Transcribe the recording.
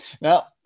Now